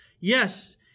Yes